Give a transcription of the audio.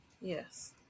Yes